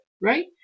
right